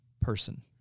person